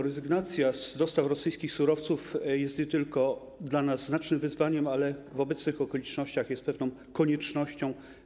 Rezygnacja z dostaw rosyjskich surowców jest nie tylko dla nas znacznym wyzwaniem, ale w obecnych okolicznościach jest pewną koniecznością.